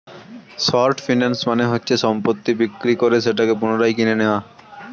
short finance মানে হচ্ছে সম্পত্তি বিক্রি করে সেটাকে পুনরায় কিনে নেয়া